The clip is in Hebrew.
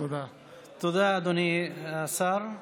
תודה, אדוני השר.